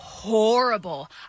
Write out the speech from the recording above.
Horrible